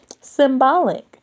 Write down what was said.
symbolic